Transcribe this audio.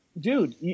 dude